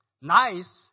Nice